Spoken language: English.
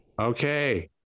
okay